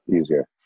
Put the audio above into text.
easier